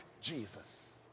Jesus